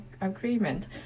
agreement